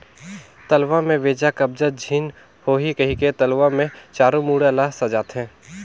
तलवा में बेजा कब्जा झेन होहि कहिके तलवा मे चारों मुड़ा ल सजाथें